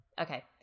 Okay